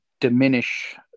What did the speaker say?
diminish